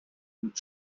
und